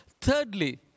Thirdly